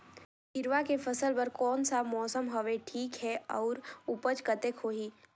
हिरवा के फसल बर कोन सा मौसम हवे ठीक हे अउर ऊपज कतेक होही?